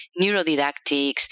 neurodidactics